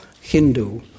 Hindu